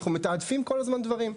אנחנו מתעדפים כל הזמן דברים.